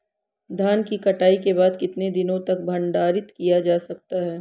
धान की कटाई के बाद कितने दिनों तक भंडारित किया जा सकता है?